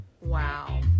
Wow